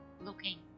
looking